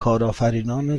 کارآفرینان